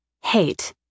Hate